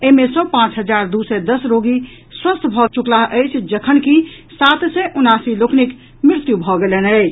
एहि मे सँ पांच हजार दू सय दस रोगी स्वस्थ भऽ चुकलाह अछि जखनकि सात सय उनासी लोकनिक मृत्यु भऽ गेलनि अछि